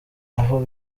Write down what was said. aho